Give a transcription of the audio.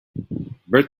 bert